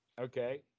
Okay